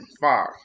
five